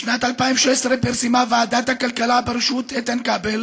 בשנת 2016 פרסמה ועדת הכלכלה בראשות איתן כבל